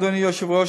אדוני היושב-ראש,